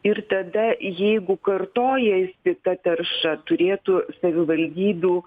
ir tada jeigu kartojasi ta tarša turėtų savivaldybių